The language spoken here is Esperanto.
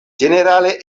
ĝenerale